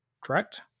correct